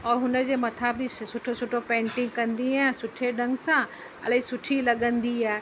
औरि हुन जे मथां बि सुठो सुठो पेंटिंग कंदी आहियां सुठे ढंग सां इलाही सुठी लॻंदी आहे